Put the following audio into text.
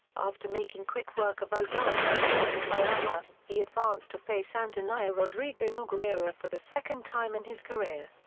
after making quick work of ogawa, winning by armbar, he advanced to face antonio rodrigo nogueira for the second time in his career.